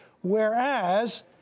Whereas